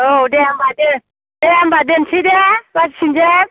औ दे होनबा दे दे होनबा दोनसै दे बाजै सिंगेद